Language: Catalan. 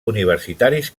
universitaris